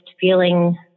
feeling